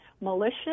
malicious